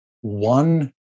one